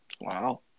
Wow